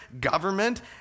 government